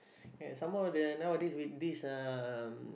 and some more the nowadays with this um